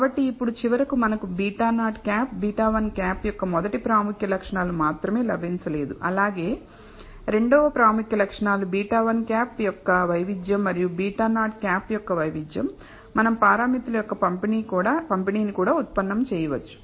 కాబట్టి ఇప్పుడు చివరకు మనకు β̂₀ β̂1 యొక్క మొదటి ప్రాముఖ్య లక్షణాలు మాత్రమే లభించలేదు అలాగే రెండవ ప్రాముఖ్య లక్షణాలు β̂1 యొక్క వైవిధ్యం మరియు β̂₀ యొక్క వైవిధ్యం మనం పారామితులు యొక్క పంపిణీని కూడా ఉత్పన్నం చేయవచ్చు